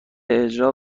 اجرا